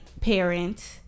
parent